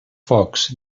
focs